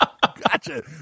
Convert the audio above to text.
Gotcha